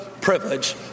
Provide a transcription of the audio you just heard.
privilege